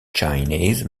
chinese